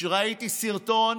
ראיתי סרטון